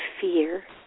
fear